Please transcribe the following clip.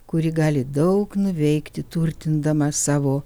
kuri gali daug nuveikti turtindama savo